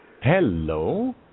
Hello